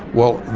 well,